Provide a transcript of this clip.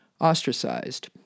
Ostracized